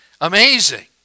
Amazing